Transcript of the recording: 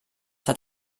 hat